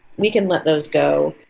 we can let those go.